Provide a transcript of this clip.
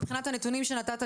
מבחינת הנתונים שהצגת,